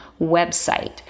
website